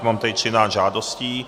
Mám tady třináct žádostí.